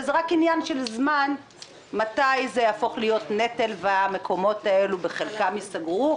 וזה רק עניין של זמן מתי זה יהפוך לנטל והמקומות בחלקם ייסגרו.